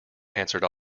answered